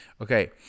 Okay